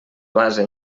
base